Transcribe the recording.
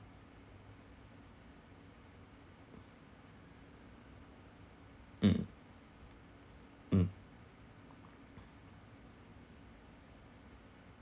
mm mm